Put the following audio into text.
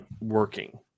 working